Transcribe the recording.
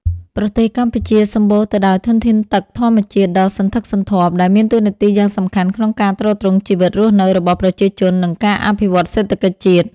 ប្រទេសកម្ពុជាសម្បូរទៅដោយធនធានទឹកធម្មជាតិដ៏សន្ធឹកសន្ធាប់ ដែលមានតួនាទីយ៉ាងសំខាន់ក្នុងការទ្រទ្រង់ជីវិតរស់នៅរបស់ប្រជាជន និងការអភិវឌ្ឍសេដ្ឋកិច្ចជាតិ។